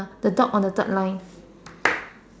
the dog on the third line